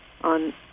on